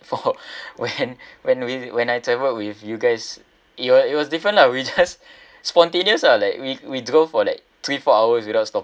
for when when we when I traveled with you guys it was it was different lah we just spontaneous ah like we we drove for like three four hours without stopping